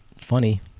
funny